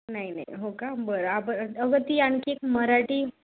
नाही नाही हो का बरं आप अग ती आणखी एक मराठी